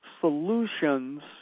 solutions